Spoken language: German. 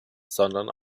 sondern